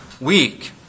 weak